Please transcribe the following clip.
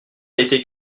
été